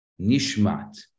Nishmat